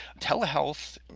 Telehealth